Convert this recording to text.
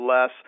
less